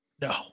No